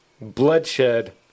bloodshed